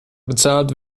bezahlt